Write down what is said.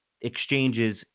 exchanges